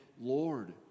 Lord